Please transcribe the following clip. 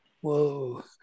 Whoa